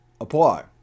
apply